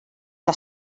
que